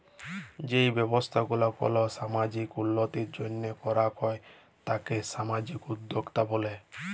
যেই ব্যবসা গুলা কল সামাজিক উল্যতির জন্হে করাক হ্যয় তাকে সামাজিক উদ্যক্তা ব্যলে